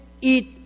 Eat